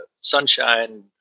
sunshine